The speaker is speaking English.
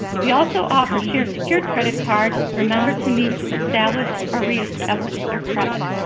we also offer shared secured credit cards for members who need to establish or reestablish their credit.